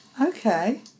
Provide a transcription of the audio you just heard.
okay